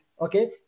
Okay